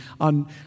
On